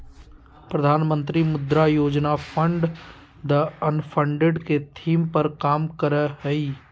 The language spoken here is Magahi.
प्रधानमंत्री मुद्रा योजना फंड द अनफंडेड के थीम पर काम करय हइ